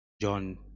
John